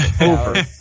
Over